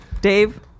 dave